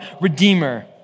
redeemer